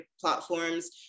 platforms